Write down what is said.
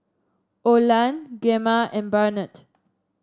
Oland Gemma and Barnett